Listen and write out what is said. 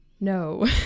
no